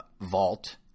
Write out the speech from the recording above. vault